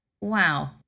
Wow